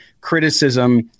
criticism